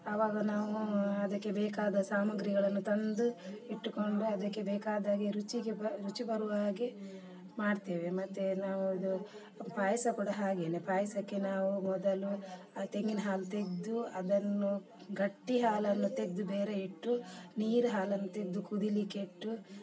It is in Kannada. ಅವಾಗ ನಾವು ಅದಕ್ಕೆ ಬೇಕಾದ ಸಾಮಗ್ರಿಗಳನ್ನು ತಂದು ಇಟ್ಟುಕೊಂಡು ಅದಕ್ಕೆ ಬೇಕಾದಾಗೆ ರುಚಿಗೆ ಬ ರುಚಿ ಬರುವ ಹಾಗೆ ಮಾಡ್ತೇವೆ ಮತ್ತೆ ನಾವು ಇದು ಪಾಯಸ ಕೂಡ ಹಾಗೆಯೇ ಪಾಯಸಕ್ಕೆ ನಾವು ಮೊದಲು ತೆಂಗಿನ ಹಾಲು ತೆಗೆದು ಅದನ್ನು ಗಟ್ಟಿ ಹಾಲನ್ನು ತೆಗೆದು ಬೇರೆ ಇಟ್ಟು ನೀರು ಹಾಲನ್ನ ತೆಗೆದು ಕುದೀಲಿಕ್ಕಿಟ್ಟು